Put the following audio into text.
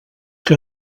que